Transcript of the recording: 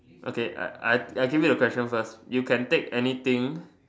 okay I I I give you the question first you can take anything